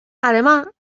además